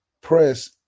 press